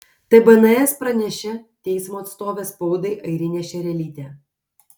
tai bns pranešė teismo atstovė spaudai airinė šerelytė